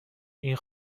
این